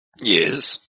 Yes